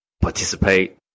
participate